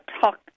talk